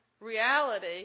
reality